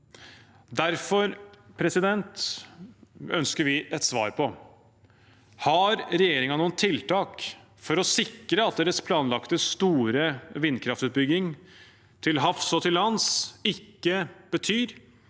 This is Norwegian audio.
Derfor ønsker vi et svar på spørsmålet: Har regjeringen noen tiltak for å sikre at deres planlagte store vindkraftutbygging til havs og til lands ikke betyr